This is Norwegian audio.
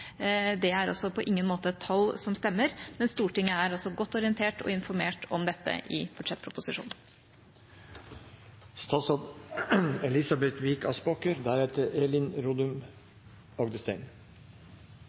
mrd. kr, altså ikke fra 5 mrd. kr til 15 mrd. kr, som representanten Elvestuen sa. Det er på ingen måte tall som stemmer. Men Stortinget er godt orientert og informert om dette i budsjettproposisjonen.